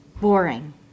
boring